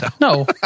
No